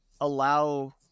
allow